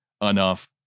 enough